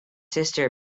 sister